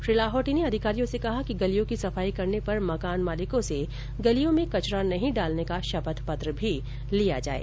श्री लाहोटी ने अधिकारियों से कहा कि गलियों की सफाई करने पर मकान मालिकों से गलियों में कचरा नहीं डालने का शपथ पत्र भी लिया जाये